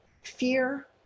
fear